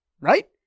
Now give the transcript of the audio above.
right